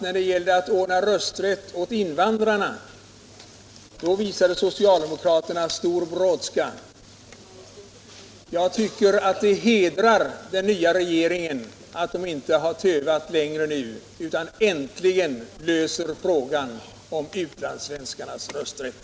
När det gällde att ordna rösträtt åt våra invandrare visade socialdemokraterna stor brådska. Jag tycker att det hedrar den nya regeringen att den inte har tövat utan nu äntligen löser frågan om utlandssvenskarnas rösträtt.